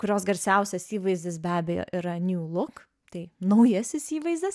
kurios garsiausias įvaizdis be abejo yra niū luk tai naujasis įvaizdis